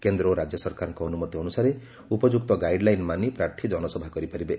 କେନ୍ଦ୍ର ଓ ରାଜ୍ୟ ସରକାରଙ୍କ ଅନୁମତି ଅନୁସାରେ ଉପଯୁକ୍ତ ଗାଇଡ୍ ଲାଇନ ମାନି ପ୍ରାର୍ଥୀ ଜନସଭା କରିପାରିବେ